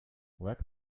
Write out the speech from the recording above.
reg